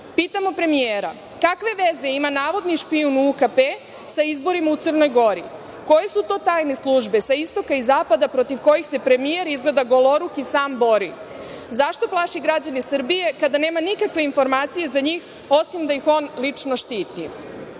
brašna? Pitamo premijera – Kakve veze ima navodni špijun Luka P. sa izborima u Crnoj Gori? Koje su to tajne službe sa Istoka i Zapada protiv kojih se premijer izgleda goloruk i sam bori? Zašto plaši građane Srbije, kada nema nikakve informacije za njih, osim da ih on lično štiti? Pitamo